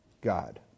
God